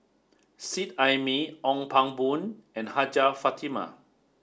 Seet Ai Mee Ong Pang Boon and Hajjah Fatimah